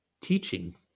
teaching